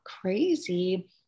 crazy